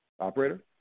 Operator